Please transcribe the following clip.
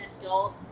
adult